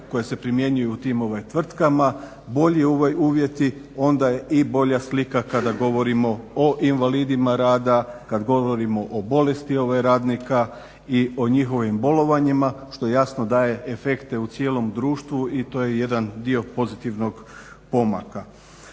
koje se primjenjuju u tim tvrtkama, bolji uvjeti onda je i bolja slika kada govorimo o invalidima rada, kad govorimo o bolesti radnika i o njihovim bolovanjima što jasno daje efekte u cijelom društvu i to je jedan dio pozitivnog pomaka.